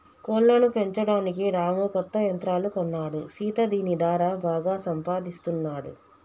కోళ్లను పెంచడానికి రాము కొత్త యంత్రాలు కొన్నాడు సీత దీని దారా బాగా సంపాదిస్తున్నాడు